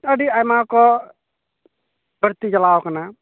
ᱟᱹᱰᱤ ᱟᱭᱢᱟᱠᱚ ᱵᱟᱹᱲᱛᱤ ᱪᱟᱞᱟᱣᱟᱠᱟᱱᱟ